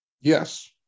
yes